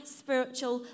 spiritual